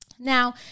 Now